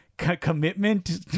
commitment